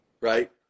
right